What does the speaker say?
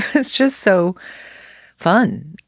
it's just so fun.